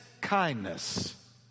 kindness